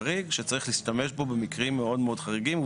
חריג שצריך להשתמש בו במקרים מאוד מאוד חריגים,